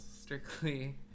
strictly